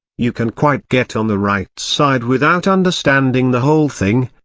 you can quite get on the right side without understanding the whole thing,